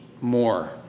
more